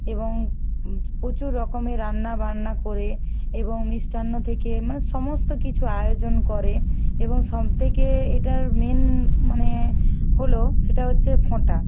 এবং প্রচুর রকমে রান্না বান্না করে এবং মিষ্টান্ন থেকে মানে সমস্ত কিছু আয়োজন করে এবং সবথেকে এটার মেন মানে হলো সেটা হচ্ছে ফোঁটা